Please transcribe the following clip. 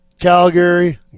Calgary